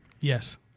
Yes